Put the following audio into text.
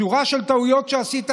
שורה של טעויות שעשית,